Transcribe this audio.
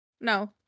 no